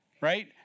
right